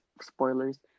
spoilers